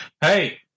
Hey